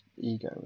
ego